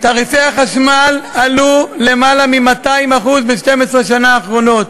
תעריפי החשמל עלו בלמעלה מ-200% ב-12 השנים האחרונות.